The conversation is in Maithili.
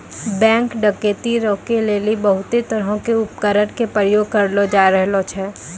बैंक डकैती रोकै लेली बहुते तरहो के उपकरण के प्रयोग करलो जाय रहलो छै